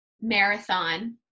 marathon